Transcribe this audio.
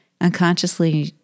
Unconsciously